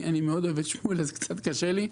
אני מאוד אוהב את שמואל ולכן קצת קשה לי.